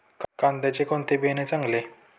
कांद्याचे कोणते बियाणे चांगले?